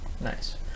Nice